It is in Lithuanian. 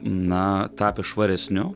na tapęs švaresniu